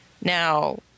Now